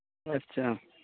अच्छा